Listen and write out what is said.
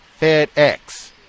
FedEx